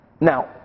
Now